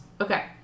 Okay